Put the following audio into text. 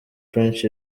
french